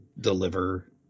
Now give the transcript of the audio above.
deliver